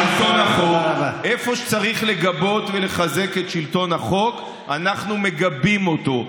איפה שצריך לגבות ולחזק את שלטון החוק אנחנו מגבים אותו,